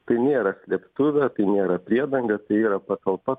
tai nėra slėptuvė tai nėra priedanga tai yra patalpa